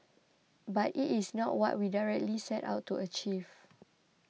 but it is not what we directly set out to achieve